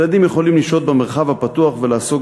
וילדים יכולים לשהות במרחב הפתוח ולעסוק